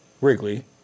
Wrigley